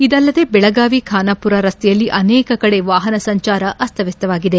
ಇದಲ್ಲದೆ ಬೆಳಗಾವಿ ಖಾನಾಪುರ ರಸ್ತೆಯಲ್ಲಿ ಅನೇಕ ಕಡೆ ವಾಹನ ಸಂಚಾರ ಅಸ್ತವ್ಯಸ್ತವಾಗಿದೆ